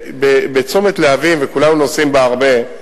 בצומת להבים, וכולנו נוסעים בו הרבה,